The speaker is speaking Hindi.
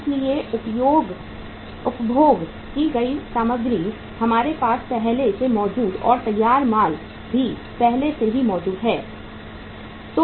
इसलिए उपभोग की गई सामग्री हमारे पास पहले से मौजूद और तैयार माल भी पहले से ही मौजूद है